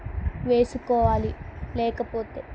వేసుకోవాలి లేకపోతే